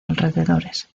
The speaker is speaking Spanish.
alrededores